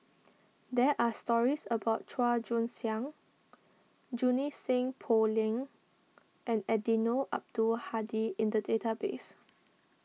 there are stories about Chua Joon Siang Junie Sng Poh Leng and Eddino Abdul Hadi in the database